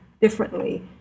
differently